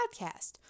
podcast